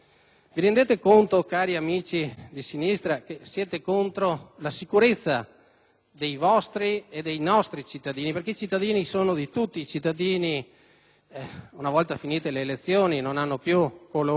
dei vostri e dei nostri cittadini? I cittadini sono di tutti. I cittadini, una volta finite le elezioni, non hanno più colore politico. Oltre che contro i cittadini siete contro i vostri stessi sindaci: